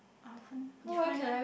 oven different meh